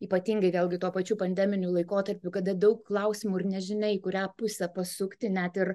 ypatingai vėlgi tuo pačiu pandeminiu laikotarpiu kada daug klausimų ir nežinia į kurią pusę pasukti net ir